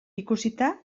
ikusita